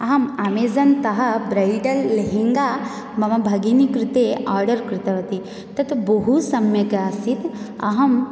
अहम् अमेज़न्तः ब्रैडल् लेहङ्गा मम भगिनी कृते आर्डर् कृतवती तत् बहुसम्यक् आसीत् अहं